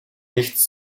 nichts